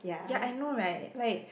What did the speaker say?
ya I know right like